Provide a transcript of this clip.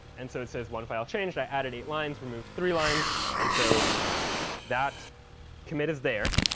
and so it says one file changed, i added eight lines, removed three lines. and so that commit is there.